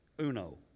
Uno